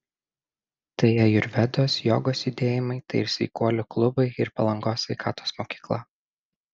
tai ajurvedos jogos judėjimai tai ir sveikuolių klubai ir palangos sveikatos mokykla